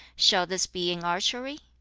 shall this be in archery?